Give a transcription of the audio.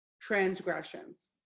transgressions